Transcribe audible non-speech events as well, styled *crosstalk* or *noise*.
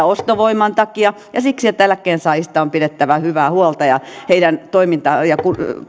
*unintelligible* ostovoiman takia ja siksi että eläkkeensaajista on pidettävä hyvää huolta ja heidän toimintaansa ja